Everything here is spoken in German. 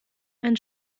ein